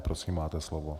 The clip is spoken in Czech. Prosím, máte slovo.